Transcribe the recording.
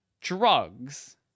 drugs